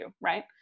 right